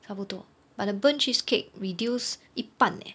差不多 but the burnt cheesecake reduce 一半 leh